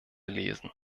lesen